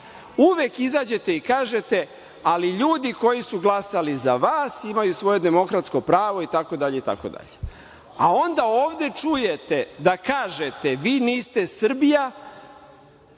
Uvek izađete i kažete – ali ljudi koji su glasali za vas imaju svoje demokratsko pravo, itd, itd. A onda ovde čujete da kažete vi niste Srbija,